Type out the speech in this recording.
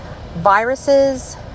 Viruses